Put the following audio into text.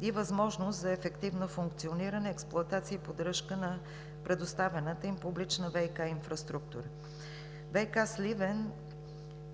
и възможност за ефективно функциониране, експлоатация и поддръжка на предоставената им публична ВиК инфраструктура. „ВиК – Сливен“